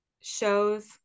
shows